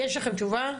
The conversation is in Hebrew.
יש לכם תשובה?